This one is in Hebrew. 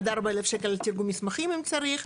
עד 4000 שקל לתרגום מסמכים אם צריך,